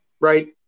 right